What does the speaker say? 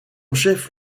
chef